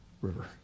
River